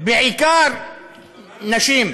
בעיקר נשים.